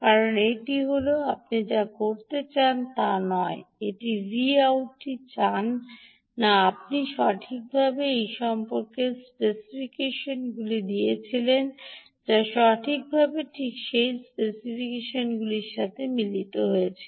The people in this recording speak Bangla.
কারণ এটি হল আপনি যা করতে চান তা নয় এই Voutটি চান না আপনি সঠিকভাবে সেই সমস্ত স্পেসিফিকেশনগুলি দিয়েছিলেন যা সঠিকভাবে ঠিক সেই স্পেসিফিকেশনগুলির সাথে মিলিত হয়েছিল